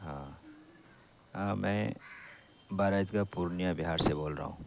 ہاں ہاں میں بارا عیدگاہ کا پورنیہ بہار سے بول رہا ہوں